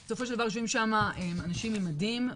בסופו של דבר יושבים שם אנשים עם מדים.